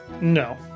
no